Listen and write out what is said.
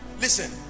Listen